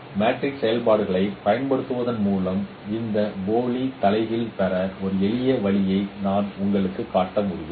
matrix செயல்பாடுகளைப் பயன்படுத்துவதன் மூலம் இந்த போலி தலைகீழ் பெற ஒரு எளிய வழியை நான் உங்களுக்குக் காட்ட முடியும்